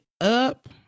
up